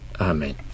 amen